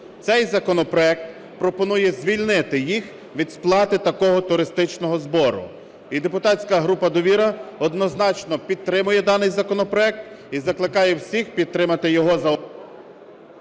Цей законопроект пропонує звільнити їх від сплати такого туристичного збору. І депутатська група "Довіра" однозначно підтримує даний законопроект і закликає всіх підтримати його за… ГОЛОВУЮЧИЙ.